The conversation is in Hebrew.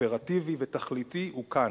אופרטיבי ותכליתי הוא כאן,